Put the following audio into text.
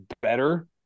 better